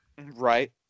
Right